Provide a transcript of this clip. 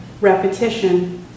repetition